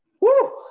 Woo